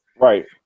Right